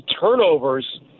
turnovers